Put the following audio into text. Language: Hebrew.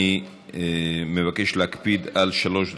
אני מבקש להקפיד על שלוש דקות.